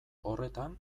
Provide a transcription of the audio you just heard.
horretan